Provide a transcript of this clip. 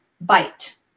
bite